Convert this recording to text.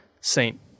saint